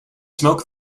smoke